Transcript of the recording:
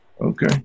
okay